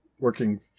working